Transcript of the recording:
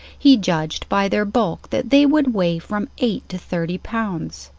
he judged by their bulk that they would weigh from eight to thirty pounds.